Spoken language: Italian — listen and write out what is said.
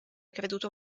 creduto